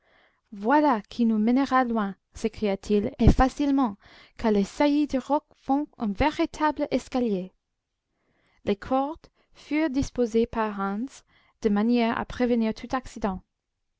voilà qui nous mènera loin s'écria-t-il et facilement car les saillies du roc font un véritable escalier les cordes furent disposées par hans de manière à prévenir tout accident